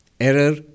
Error